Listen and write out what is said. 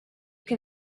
can